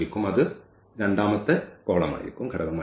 അത് രണ്ടാമത്തെ ഘടകമായിരിക്കും